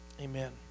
Amen